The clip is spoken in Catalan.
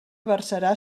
versarà